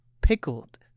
pickled